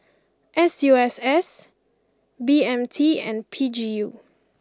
S U S S B M T and P G U